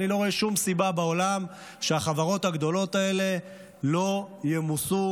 אני לא רואה שום סיבה בעולם שהחברות הגדולות האלה לא ימוסו